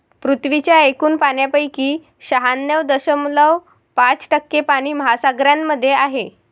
पृथ्वीच्या एकूण पाण्यापैकी शहाण्णव दशमलव पाच टक्के पाणी महासागरांमध्ये आहे